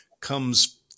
comes